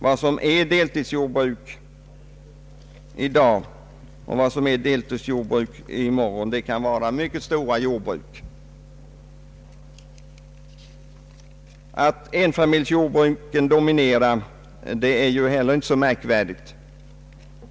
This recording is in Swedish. Vad som är deltidsjordbruk i dag och vad som blir deltidsjordbruk i morgon kan vara helt olika — det kan vara mycket stora jordbruk. Att enfamiljsjordbruken dominerar är inte heller särskilt märkvärdigt.